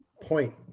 point